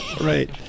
right